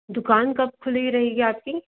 दुकान कब खुली रहेंगी आपकी